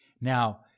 Now